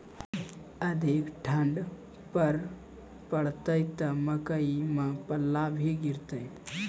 अधिक ठंड पर पड़तैत मकई मां पल्ला भी गिरते?